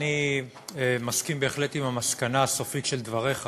אני מסכים בהחלט עם המסקנה הסופית של דבריך